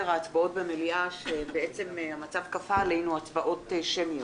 ההצבעות במליאה שבעצם המצב כפה עלינו הצבעות שמיות.